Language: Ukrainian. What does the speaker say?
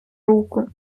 руку